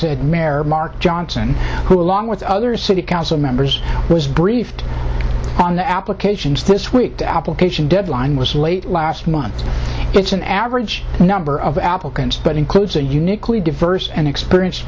mark johnson who along with other city council members was briefed on the applications this week the application deadline was late last month it's an average number of applicants but includes a uniquely diverse and experienced